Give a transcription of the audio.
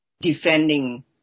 defending